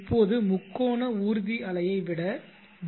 இப்போது முக்கோண ஊர்தி அலையை விட வி